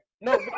No